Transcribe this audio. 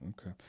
okay